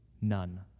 none